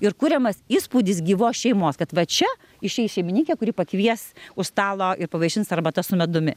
ir kuriamas įspūdis gyvos šeimos kad va čia išeis šeimininkė kuri pakvies už stalo ir pavaišins arbata su medumi